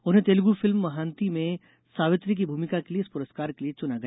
उन्हें तेलुगू फिल्म महांती में सावित्री की भूमिका के लिए इस पुरस्कार के लिए चुना गया